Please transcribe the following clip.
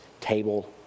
table